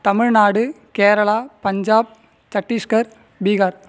Tamil Nadu Kerala Punjab Chhattisgarh Bihar